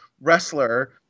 wrestler